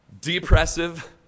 depressive